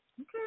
Okay